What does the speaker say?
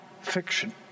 fiction